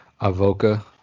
Avoca